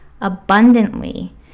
abundantly